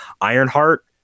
Ironheart